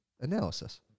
analysis